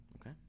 okay